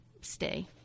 stay